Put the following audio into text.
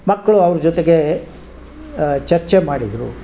ಮಕ್ಕಳು ಅವ್ರ ಜೊತೆಗೆ ಚರ್ಚೆ ಮಾಡಿದರು